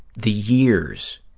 the years,